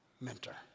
mentor